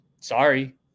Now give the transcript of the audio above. sorry